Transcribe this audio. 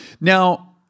Now